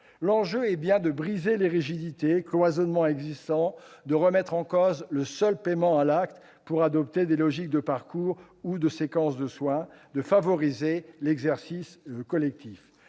L'enjeu est bien de briser les rigidités, les cloisonnements existants, de remettre en cause le seul paiement à l'acte pour adopter des logiques de parcours ou de séquences de soins, de favoriser l'exercice collectif.